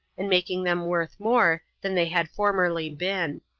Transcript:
and making them worth more than they had formerly been.